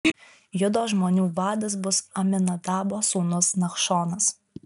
judo žmonių vadas bus aminadabo sūnus nachšonas